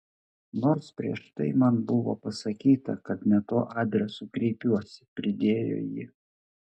nors prieš tai man buvo pasakyta kad ne tuo adresu kreipiuosi pridėjo ji